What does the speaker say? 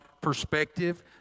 perspective